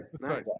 Nice